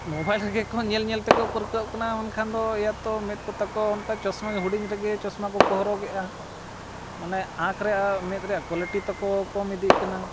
mobile ᱨᱮᱜᱮ ᱠᱚ ᱧᱮᱞ ᱧᱮᱞ ᱛᱮᱠᱚ ᱯᱟᱹᱨᱠᱟᱹᱜ ᱠᱟᱱᱟ ᱢᱮᱱᱠᱷᱟᱱ ᱫᱚ ᱤᱭᱟᱹ ᱛᱚ ᱢᱮᱫ ᱠᱚ ᱛᱟᱠᱚ ᱚᱱᱠᱟ ᱪᱚᱥᱢᱟ ᱦᱩᱰᱤᱧ ᱨᱮᱜᱮ ᱪᱚᱥᱢᱟ ᱠᱚᱠᱚ ᱦᱚᱨᱚᱜᱮᱜᱼᱟ ᱢᱟᱱᱮ ᱟᱸᱠᱷ ᱨᱮᱱᱟᱜ ᱢᱮᱫ ᱨᱮᱱᱟᱜ ᱠᱳᱣᱟᱞᱤᱴᱤ ᱛᱟᱠᱚ ᱠᱚᱢ ᱤᱫᱤᱜ ᱠᱟᱱᱟ